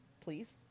Please